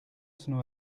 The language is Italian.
sono